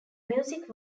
music